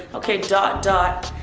okay, dot dot.